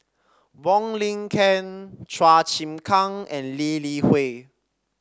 Wong Lin Ken Chua Chim Kang and Lee Li Hui